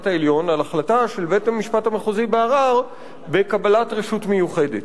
העליון על החלטה של בית-המשפט המחוזי בערר בקבלת רשות מיוחדת.